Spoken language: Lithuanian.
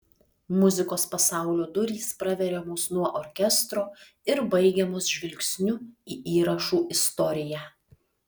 muzikos pasaulio durys praveriamos nuo orkestro ir baigiamos žvilgsniu į įrašų istoriją